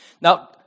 Now